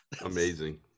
amazing